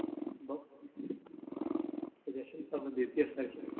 ਬਸ suggestion ਤਾਂ ਮੈਂ ਦੇ ਦਿੱਤੀਆਂ ਸਪੈਸ਼ਨ